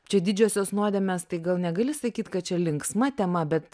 čia didžiosios nuodėmės tai gal negali sakyt kad čia linksma tema bet